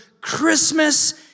Christmas